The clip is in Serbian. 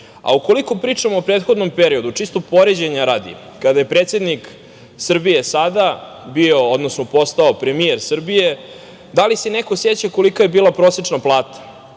razmene. Ukoliko pričamo o prethodnom periodu, čisto poređenja radi, kada je predsednik Srbije bio premijer Srbije, da li se neko seća koliko je bila prosečna plata?